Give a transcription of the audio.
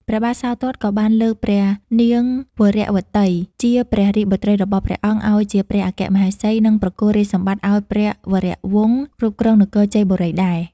ព្រះបាទសោទត្តក៏បានលើកព្រះនាងវរវតី ជាព្រះរាជបុត្រីរបស់ព្រះអង្គឱ្យជាព្រះអគ្គមហេសី និងប្រគល់រាជសម្បត្តិឱ្យព្រះវរវង្សគ្រប់គ្រងនគរជ័យបូរីដែរ។